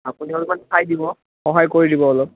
আপুনি অলপমান চাই দিব সহায় কৰি দিব অলপ